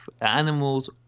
Animals